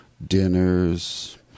dinners